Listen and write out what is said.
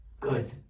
good